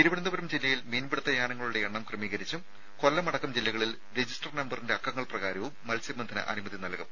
തിരുവനന്തപുരം ജില്ലയിൽ മീൻപിടുത്ത യാനങ്ങളുടെ എണ്ണം ക്രമീകരിച്ചും കൊല്ലം അടക്കം ജില്ലകളിൽ രജിസ്റ്റർ നമ്പറിന്റെ അക്കങ്ങൾ പ്രകാരവും മത്സ്യബന്ധന അനുമതി നൽകും